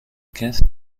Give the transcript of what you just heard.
caisse